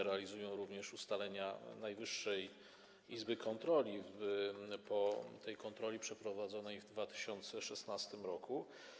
Realizują również ustalenia Najwyższej Izby Kontroli po tej kontroli przeprowadzonej w 2016 r.